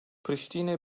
priştine